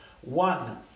One